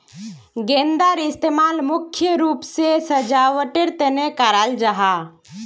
गेंदार इस्तेमाल मुख्य रूप से सजावटेर तने कराल जाहा